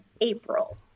April